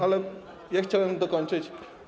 Ale ja chciałbym dokończyć.